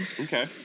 Okay